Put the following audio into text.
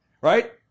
right